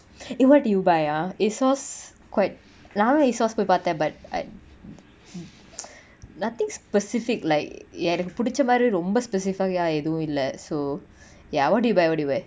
eh what did you buy ah asos quite நா:na asos போய் பாத்த:poai paatha but I nothing specific like எனக்கு புடிச்ச மாரி ரொம்ப:enaku pudicha mari romba specific ah எதுவு இல்ல:ethuvu illa so ya what did you buy what did you buy